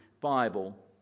Bible